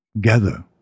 gather